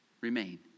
remain